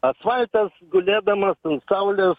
asvaltas gudėdamas ant saulės